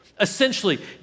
Essentially